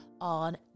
on